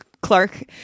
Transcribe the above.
Clark